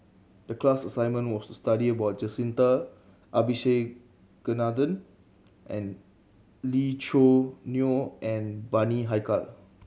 the class assignment was to study about Jacintha Abisheganaden and Lee Choo Neo and Bani Haykal